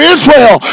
Israel